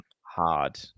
hard